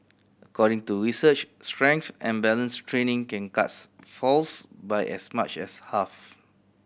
according to research strength and balance training can cuts falls by as much as half